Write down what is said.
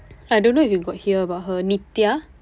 I don't know if you got hear about her nitiya